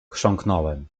chrząknąłem